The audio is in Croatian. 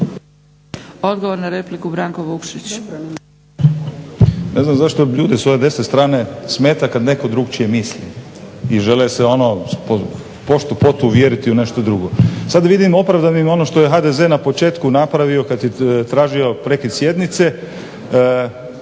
laburisti - Stranka rada)** Ne znam zašto ljude s ove desne strane smeta kad netko drukčije misli i žele se ono pošto-poto uvjeriti u nešto drugo. Sad vidim opravdanim ono što je HDZ na početku napravio kad je tražio prekid sjednice.